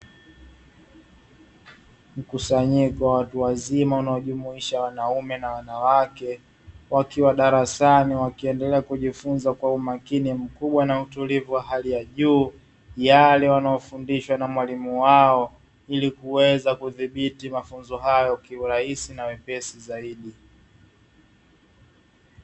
Mkusanyiko wa watu wazima unaojumuisha wanaume na wanawake, wakiwa darasani wakiendelea kujifunza kwa umakini mkubwa na utulivu wa hali ya juu, yale wanaofundishwa na mwalimu wao ili kuweza kudhibiti mafunzo hayo kiurahisi na wepesi zaidi.